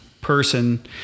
person